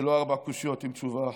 זה לא ארבע קושיות עם תשובה אחת,